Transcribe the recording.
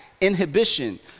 inhibition